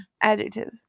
Adjective